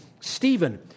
Stephen